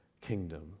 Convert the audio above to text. kingdom